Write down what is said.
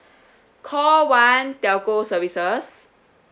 call one telco services